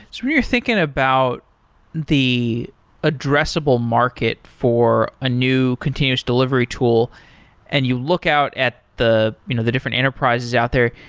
so you're thinking about the addressable market for a new continuous delivery tool and you look out at the you know the different enterprises out there,